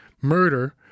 murder